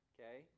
Okay